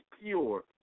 pure